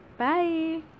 Bye